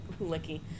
licky